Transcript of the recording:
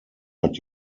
hat